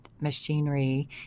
machinery